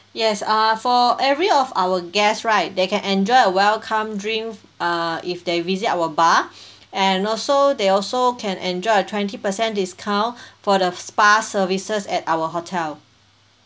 yes uh for every of our guest right they can enjoy a welcome drink f~ uh if they visit our bar and also they also can enjoy a twenty percent discount for the spa services at our hotel